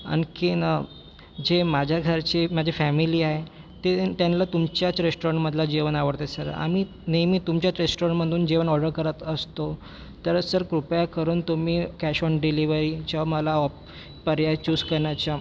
आणखी जे माझ्या घरचे माझे फॅमिली आहे ते त्यांना तुमच्याच रेस्टॉरंटमधले जेवण आवडते सर आम्ही नेहमी तुमच्याच रेस्टॉरंटमधून जेवण ऑर्डर करत असतो तर सर कृपया करून तुम्ही कॅश ऑन डिलेव्हरीचा मला ऑप पर्याय चूज करण्याचा